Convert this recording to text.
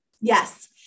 Yes